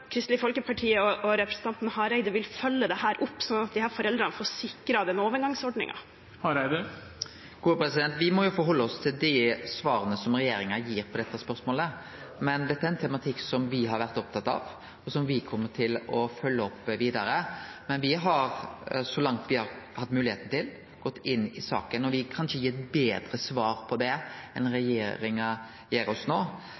Kristelig Folkeparti og representanten Hareide vil følge dette opp, slik at disse foreldrene får sikret den overgangsordningen. Me må halde oss til dei svara regjeringa gir på dette spørsmålet, men dette er ein tematikk som me har vore opptatt av, og som me kjem til å følgje opp vidare. Me har, så langt me har hatt moglegheita til, gått inn i saka, og me kan ikkje gi eit betre svar på det enn det regjeringa gir oss nå.